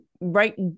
Right